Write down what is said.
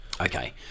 okay